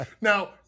now